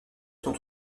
sont